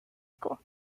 school